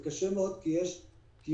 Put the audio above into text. זה קשה מאוד כי יש מחסור.